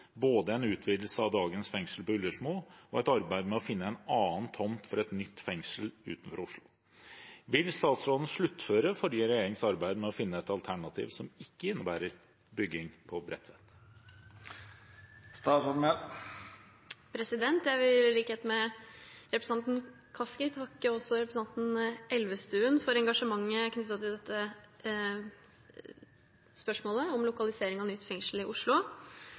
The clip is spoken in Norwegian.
både en utvidelse av dagens fengsel på Ullersmo og et arbeid med å finne en annen tomt for et nytt fengsel utenfor Oslo. Vil statsråden sluttføre forrige regjerings arbeid med å finne et alternativ som ikke innebærer bygging på Bredtvet?» Jeg vil, i likhet med representanten Kaski, takke representanten Elvestuen for engasjementet knyttet til dette spørsmålet om lokalisering av nytt fengsel i Oslo.